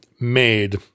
made